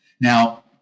Now